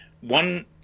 one